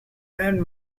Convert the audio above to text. and